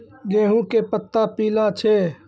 गेहूँ के पत्ता पीला छै?